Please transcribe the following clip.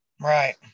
Right